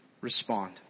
respond